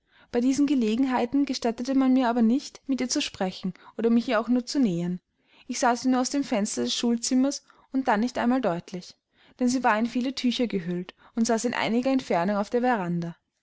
bei diesen gelegenheiten gestattete man mir aber nicht mit ihr zu sprechen oder mich ihr auch nur zu nähern ich sah sie nur aus dem fenster des schulzimmers und dann nicht einmal deutlich denn sie war in viele tücher gehüllt und saß in einiger entfernung auf der veranda